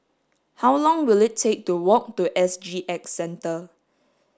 how long will it take to walk to S G X Centre